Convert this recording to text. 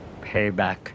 payback